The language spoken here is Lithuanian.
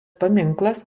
paminklas